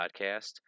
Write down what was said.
podcast